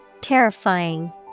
Terrifying